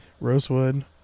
rosewood